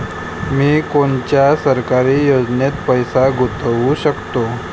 मी कोनच्या सरकारी योजनेत पैसा गुतवू शकतो?